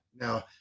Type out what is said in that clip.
Now